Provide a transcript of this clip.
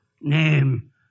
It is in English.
name